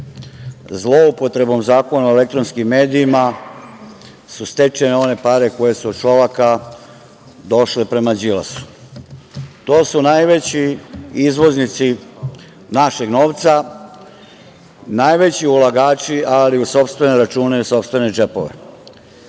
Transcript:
zloupotrebom Zakona o elektronskim medijima su stečene one pare koje su od Šolaka došle prema Đilasu. To su najveći izvoznici našeg novca, najveći ulagači, ali u sopstvene račune i sopstvene džepove. Predlog